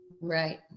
Right